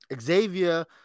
Xavier